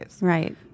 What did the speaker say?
right